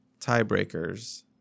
tiebreakers